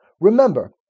Remember